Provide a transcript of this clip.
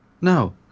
No